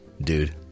Dude